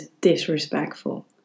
disrespectful